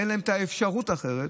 אין להם אפשרות אחרת,